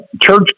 church